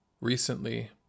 Recently